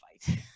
fight